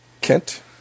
Kent